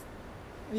ya ya